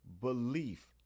belief